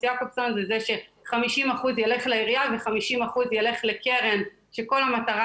יעקובסון זה ש-50% יילך לעיריה ו-50% יילך לקרן שכל המטרה